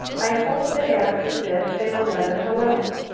i hope that after this they will let us alone.